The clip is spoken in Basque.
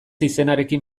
izenarekin